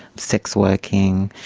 sex working,